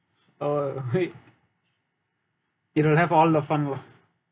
oh it will have all the fun lor